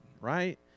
right